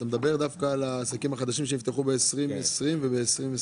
אתה מדבר על העסקים החדשים שנפתחו ב-2020 ו-2021